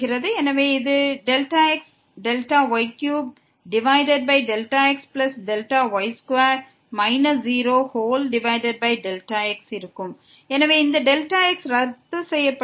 எனவே இது ΔxΔy3ΔxΔy2 0x இருக்கும் எனவே இந்த Δx ரத்து செய்யப்படும்